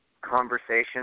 conversation